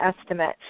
estimate